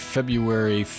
February